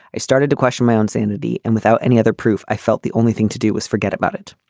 i started to question my own sanity and without any other proof i felt the only thing to do was forget about it.